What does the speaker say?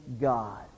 God